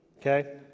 Okay